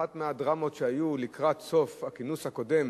אחת מהדרמות שהיו לקראת סוף הכנס הקודם